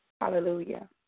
Hallelujah